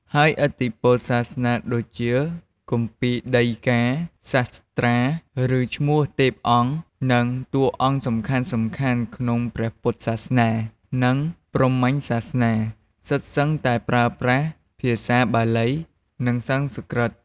ហើយឥទ្ធិពលសាសនាដូចជា គម្ពីរដីកា សាស្ត្រា ឬឈ្មោះទេពអង្គ និងតួអង្គសំខាន់ៗក្នុងព្រះពុទ្ធសាសនា និងព្រហ្មញ្ញសាសនា សុទ្ធសឹងតែប្រើប្រាស់ភាសាបាលី និងសំស្រ្កឹត។